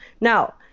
Now